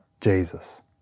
Jesus